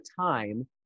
time